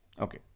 Okay